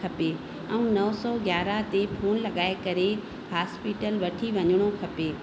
खपे ऐं नौ सौ ग्यारह ते फोन लॻाए करे हास्पिटल वठी वञिणो खपे